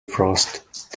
frost